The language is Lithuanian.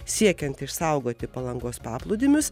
siekiant išsaugoti palangos paplūdimius